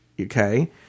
okay